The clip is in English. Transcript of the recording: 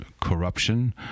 corruption